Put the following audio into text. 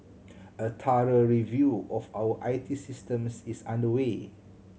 a thorough review of our I T systems is underway